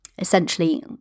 essentially